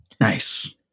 nice